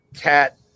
cat